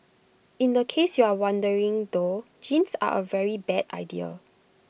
in the case you are wondering though jeans are A very bad idea